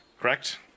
correct